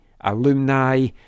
alumni